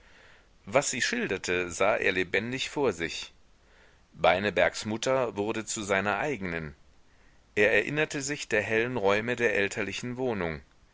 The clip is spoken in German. was sie schilderte sah er lebendig vor sich beinebergs mutter wurde zu seiner eigenen er erinnerte sich der hellen räume der elterlichen wohnung